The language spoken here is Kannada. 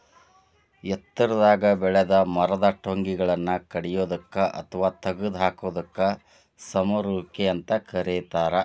ಎತ್ತರಾಗಿ ಬೆಳೆದ ಮರದ ಟೊಂಗಿಗಳನ್ನ ಕಡಿಯೋದಕ್ಕ ಅತ್ವಾ ತಗದ ಹಾಕೋದಕ್ಕ ಸಮರುವಿಕೆ ಅಂತ ಕರೇತಾರ